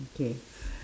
okay